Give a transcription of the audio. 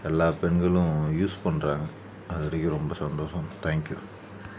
எல்லா பெண்களும் யூஸ் பண்ணுறாங்க அது வரைக்கும் ரொம்ப சந்தோஷம் தேங்க்யூ